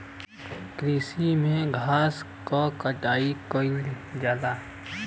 कृषि में घास क कटाई कइल जाला